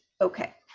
okay